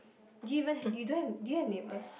do you even have you don't do you have neighbours